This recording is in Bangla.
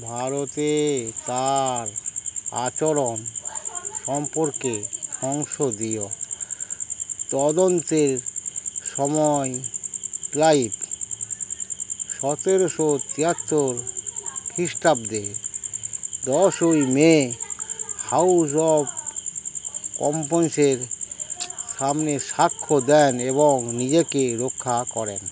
ভারতে তার আচরণ সম্পর্কে সংসদীয় তদন্তের সময় ক্লাইভ সতেরোশো তিয়াত্তর খ্রীষ্টাব্দে দশই মে হাউস অফ কমন্সের সামনে সাক্ষ্য দেন এবং নিজেকে রক্ষা করেন